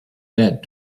that